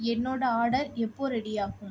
என்னோடய ஆர்டர் எப்போது ரெடி ஆகும்